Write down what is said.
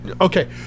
Okay